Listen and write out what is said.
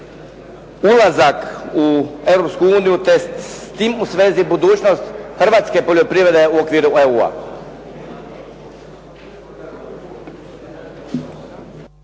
uniju, te s tim u svezi budućnost hrvatske poljoprivrede u okviru EU-a?